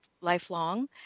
lifelong